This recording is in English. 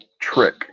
trick